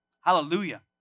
Hallelujah